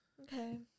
Okay